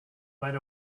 right